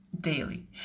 daily